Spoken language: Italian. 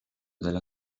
della